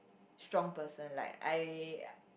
strong person like I